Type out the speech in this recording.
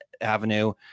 Avenue